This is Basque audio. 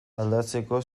aldatzeko